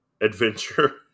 Adventure